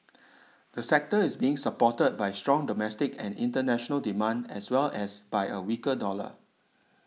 the sector is being supported by strong domestic and international demand as well as by a weaker dollar